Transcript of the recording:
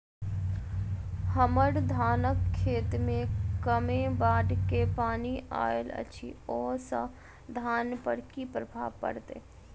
हम्मर धानक खेत मे कमे बाढ़ केँ पानि आइल अछि, ओय सँ धान पर की प्रभाव पड़तै?